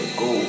go